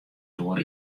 doar